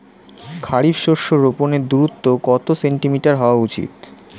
খারিফ শস্য রোপনের দূরত্ব কত সেন্টিমিটার হওয়া উচিৎ?